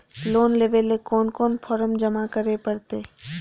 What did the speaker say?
Loan लेवे ले कोन कोन फॉर्म जमा करे परते?